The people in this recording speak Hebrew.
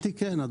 להערכתי כן.